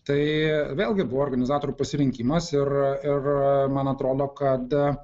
tai vėlgi buvo organizatorių pasirinkimas ir ir man atrodo kad